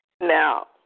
Now